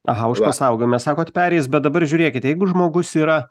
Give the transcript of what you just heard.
aha už pasaugojimą sakot pereis bet dabar žiūrėkit jeigu žmogus yra